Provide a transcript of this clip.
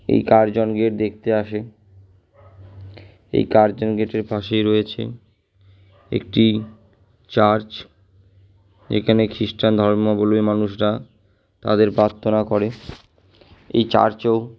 এই Curzon gate দেখতে আসে এই কার্জন গেটের পাশেই রয়েছে একটি চার্চ এখানে খ্রিস্টান ধর্মাবলম্বী মানুষরা তাদের প্রার্থনা করে এই চার্চেও